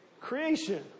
creation